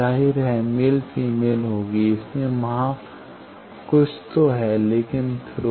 जाहिर है male female होगी इसीलिए वहां कुछ तो है लेकिन थ्रू